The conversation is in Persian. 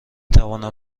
توانم